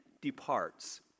departs